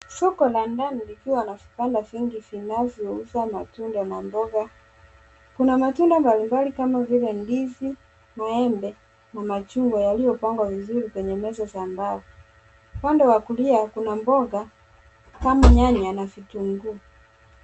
Soko la ndani likiwa na vibanda vingi vinavyouza matunda na mboga . Kuna matunda mbalimbali kama vile ndizi, maembe na machungwa yaliyopangwa vizuri kwenye meza za mbao . Upande wa kulia kuna mboga kama nyanya na vitunguu.